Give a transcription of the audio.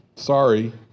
Sorry